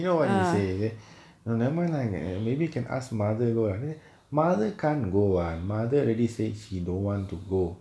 you know what he say is it never mind like eh maybe can ask mother you got a mother can't go one mother already says she don't want to go